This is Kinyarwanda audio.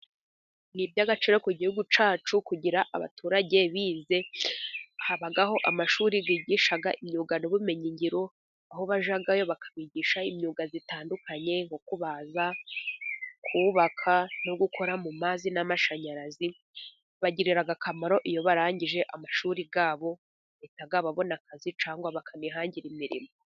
Ni iby'agaciro ku gihugu cyacu kugira abaturage bize . Habaho amashuri bigisha imyuga n'ubumenyi ngiro ,aho bajyayo bakabigisha imyuga itandukanye ,nko kubaza , kubaka no gukora mu mazi n'amashanyarazi. Bagirira akamaro iyo barangije amashuri yabo ,bahita babona akazi ,cyangwa bakanihangira imirimo.